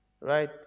right